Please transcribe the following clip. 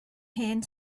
hen